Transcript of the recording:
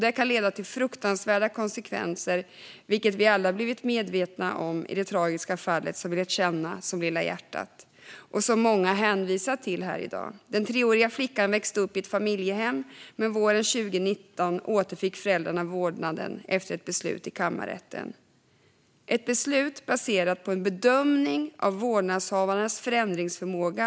Det kan leda till fruktansvärda konsekvenser. Det har vi alla blivit medvetna om i och med det tragiska fall som vi har lärt känna som Lilla hjärtat och som många har hänvisat till i dag. Den treåriga flickan växte upp i ett familjehem, men våren 2019 återfick föräldrarna vårdnaden efter ett beslut i kammarrätten. Det handlar om ett beslut som är baserat på en bedömning av vårdnadshavarens förändringsförmåga.